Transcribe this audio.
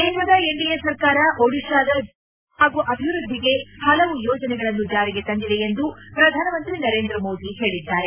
ಕೇಂದ್ರದ ಎನ್ಡಿಎ ಸರ್ಕಾರ ಒಡಿಶಾದ ಜನರ ಕಲ್ಕಾಣ ಹಾಗೂ ಅಭಿವೃದ್ಧಿಗೆ ಹಲವು ಯೋಜನೆಗಳನ್ನು ಜಾರಿಗೆ ತಂದಿದೆ ಎಂದು ಪ್ರಧಾನಮಂತ್ರಿ ನರೇಂದ್ರ ಮೋದಿ ಹೇಳಿದ್ದಾರೆ